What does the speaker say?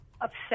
upset